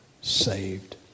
saved